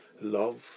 love